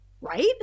right